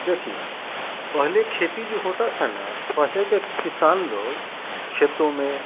देखिए पहले खेती जो होता था ना पहले के किसान लोग खेतों में